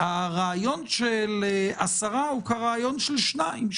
הרעיון של עשרה הוא כרעיון של שניים,